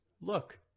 look